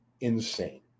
insane